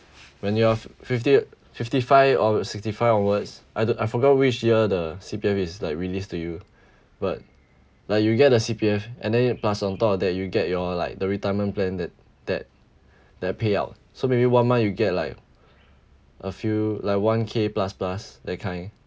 when you are fifty fifty five or sixty five onwards I don't I forgot which year the C_P_F is like released to you but like you get the C_P_F and then you plus on top of that you will get your like the retirement plan that that that payout so maybe one month you get like a few like one K plus plus that kind